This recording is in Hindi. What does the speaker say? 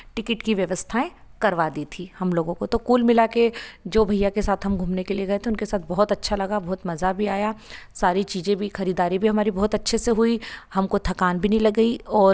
टिकेट की व्यवस्थाएं करवा दी थी हम लोगों को तो कुल मिला के जो भइया के साथ हम घूमने के लिए गए थे उनके साथ बहुत अच्छा लगा बहुत मज़ा भी आया सारी चीज़ें भी खरीदारी भी हमारी बहुत अच्छे से हुई हमको थकान भी नहीं लगी और